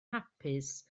hapus